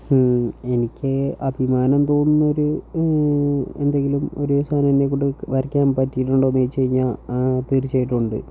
എനിക്ക് അഭിമാനം തോന്നുന്നൊരു എന്തെങ്കിലും ഒരു സാധനം എന്നെക്കൊണ്ട് വരയ്ക്കാൻ പറ്റിയിട്ടുണ്ടോയെന്ന് ചോദിച്ചു കഴിഞ്ഞാൽ തീർച്ചയായിട്ടും ഉണ്ട്